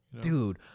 Dude